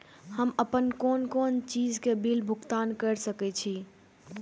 हम आपन कोन कोन चीज के बिल भुगतान कर सके छी?